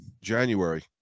January